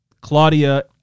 Claudia